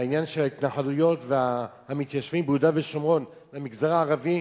התקציבים להתנחלויות ולמתיישבים ביהודה ושומרון לאלה במגזר הערבי,